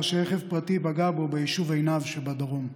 שרכב פרטי פגע בו ביישוב עינב שבדרום.